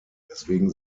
deswegen